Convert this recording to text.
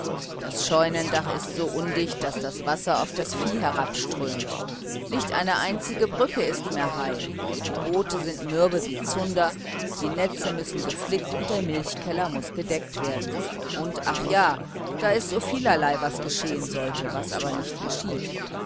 das scheunendach ist so undicht daß das wasser auf das vieh herabströmt nicht eine einzige brücke ist mehr heil die boote sind mürbe wie zunder die netze müssen geflickt und der milchkeller muß gedeckt werden und ach ja da ist so vielerlei was geschehen sollte was aber nicht geschieht